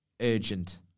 urgent